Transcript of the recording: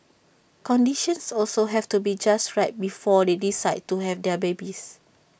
conditions also have to be just right before they decide to have their babies